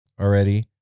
already